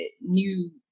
new